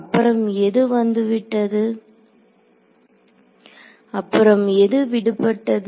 அப்புறம் எது விடுபட்டது